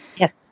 Yes